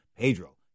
Pedro